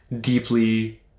deeply